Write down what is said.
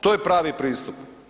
To je pravi pristup.